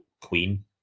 queen